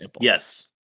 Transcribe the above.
Yes